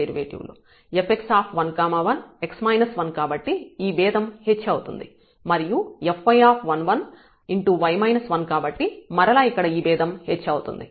fx1 1కాబట్టి ఈ భేదం h అవుతుంది మరియు fy1 1 కాబట్టి మరలా ఇక్కడ ఈ భేదం h అవుతుంది